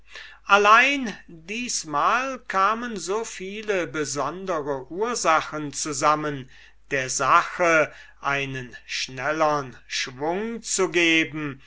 allein diesesmal kamen so viele besondere ursachen zusammen der sache einen schnellern schwung zu geben